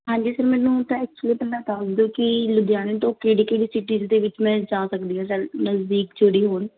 ਹਾਂਜੀ ਸਰ ਮੈਨੂੰ ਤਾਂ ਐਕਚੁਲੀ ਪਹਿਲਾਂ ਦੱਸ ਦਿਓ ਕਿ ਲੁਧਿਆਣੇ ਤੋਂ ਕਿਹੜੀ ਕਿਹੜੀ ਸਿਟੀਜ਼ ਦੇ ਵਿੱਚ ਮੈਂ ਜਾ ਸਕਦੀ ਹਾਂ ਨਜ਼ਦੀਕ ਜਿਹੜੀ ਹੋਣ